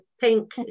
pink